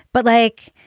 but like,